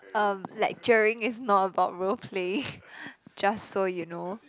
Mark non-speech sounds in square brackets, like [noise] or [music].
um lecturing is not about role playing [laughs] just so you know